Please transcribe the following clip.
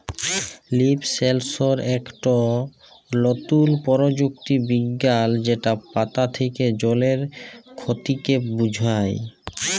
leaf সেলসর ইকট লতুল পরযুক্তি বিজ্ঞাল যেট পাতা থ্যাকে জলের খতিকে বুঝায়